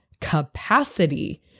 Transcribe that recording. capacity